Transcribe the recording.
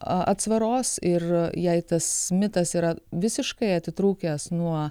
atsvaros ir jei tas mitas yra visiškai atitrūkęs nuo